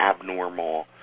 abnormal